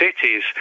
cities